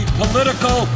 political